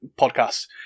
podcast